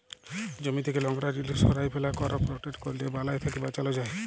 জমি থ্যাকে লংরা জিলিস সঁরায় ফেলা, করপ রটেট ক্যরলে বালাই থ্যাকে বাঁচালো যায়